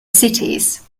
cities